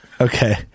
Okay